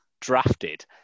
drafted